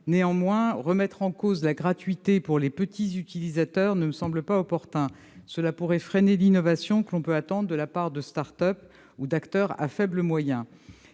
Néanmoins, remettre en cause la gratuité pour les petits utilisateurs ne me semble pas opportun : cela pourrait freiner l'innovation que l'on peut attendre de la part de start-ups ou d'acteurs à faibles moyens.